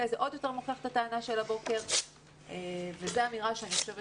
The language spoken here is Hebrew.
זה עוד יותר מוכיח את הטענה של הבוקר וזה אמירה שאני חושבת